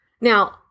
Now